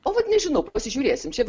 o vat nežinau pasižiūrėsim šiaip